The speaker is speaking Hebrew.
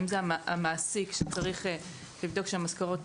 האם זה המעסיק שצריך לבדוק שהמשכורות